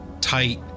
tight